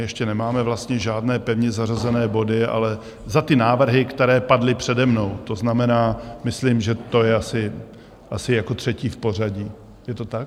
Ještě nemáme vlastně žádné pevně zařazené body ale za ty návrhy, které padly přede mnou, to znamená, myslím, že to je asi jako třetí v pořadí, je to tak?